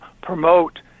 promote